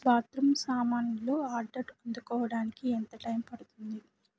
bathroom సామాన్లు order అందుకోవడానికి ఎంత టైం పడుతుంది